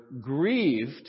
grieved